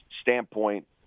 standpoint